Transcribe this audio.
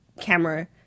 camera